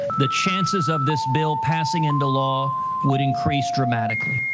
the chances of this bill passing into law would increase dramatically.